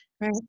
Right